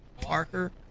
Parker